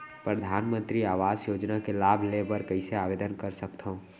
परधानमंतरी आवास योजना के लाभ ले बर कइसे आवेदन कर सकथव?